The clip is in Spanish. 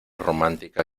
romántica